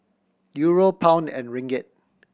Euro Pound and Ringgit